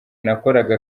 nakoraga